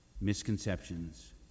misconceptions